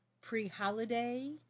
pre-holiday